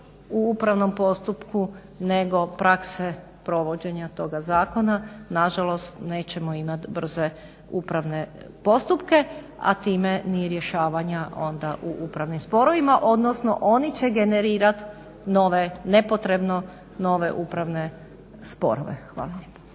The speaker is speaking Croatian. u upravnom postupku nego prakse provođenja toga zakona nažalost nećemo imati brze upravne postupke, a time ni rješavanja onda u upravnim sporovima, odnosno oni će generirati nepotrebno nove upravne sporove. Hvala.